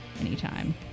Anytime